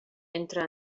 entre